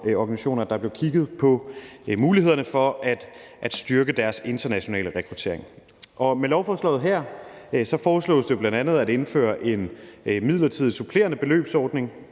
der blev kigget på mulighederne for at styrke deres internationale rekruttering. Med lovforslaget her foreslås det bl.a. at indføre en midlertidig, supplerende beløbsordning,